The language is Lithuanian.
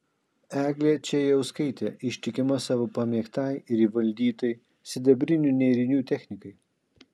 eglė čėjauskaitė ištikima savo pamėgtai ir įvaldytai sidabrinių nėrinių technikai